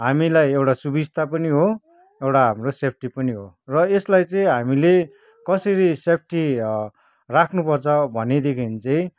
हामीलाई एउटा सुबिस्ता पनि हो एउटा हाम्रो सेफ्टी पनि हो र यसलाई चाहिँ हामीले कसरी सेफ्टी राख्नुपर्छ भनेदेखि चाहिँ